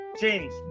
change